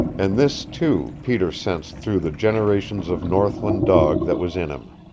and this, too, peter sensed through the generations of northland dog that was in him.